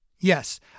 Yes